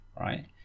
right